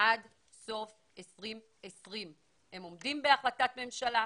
עד סוף 2020. הם עומדים בהחלטת ממשלה,